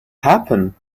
happen